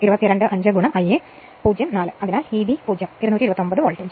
25 Ia 0 4 അതിനാൽ Eb 0 229 volt